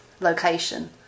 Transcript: location